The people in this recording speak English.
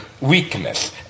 weakness